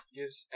gives